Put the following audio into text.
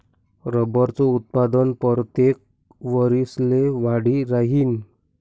रबरनं उत्पादन परतेक वरिसले वाढी राहीनं